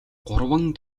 гурван